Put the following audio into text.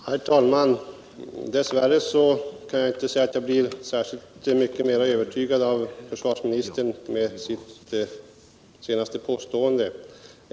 Herr talman! Dess värre kan jag inte säga att försvarsministern har övertygat mig mera genom sitt senaste påstående.